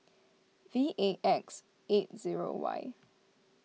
V A X eight zero Y